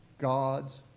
God's